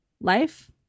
life